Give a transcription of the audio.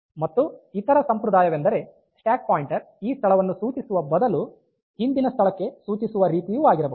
ಮತ್ತು ಇತರ ಸಂಪ್ರದಾಯವೆಂದರೆ ಸ್ಟ್ಯಾಕ್ ಪಾಯಿಂಟರ್ ಈ ಸ್ಥಳವನ್ನು ಸೂಚಿಸುವ ಬದಲು ಹಿಂದಿನ ಸ್ಥಳಕ್ಕೆ ಸೂಚಿಸುವ ರೀತಿಯು ಆಗಿರಬಹುದು